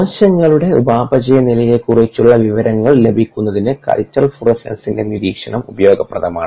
കോശങ്ങളുടെ ഉപാപചയ നിലയെക്കുറിച്ചുള്ള വിവരങ്ങൾ ലഭിക്കുന്നതിന് കൾച്ചർ ഫ്ലൂറസെൻസിന്റെ നിരീക്ഷണം ഉപയോഗപ്രദമാണ്